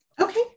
Okay